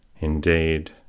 Indeed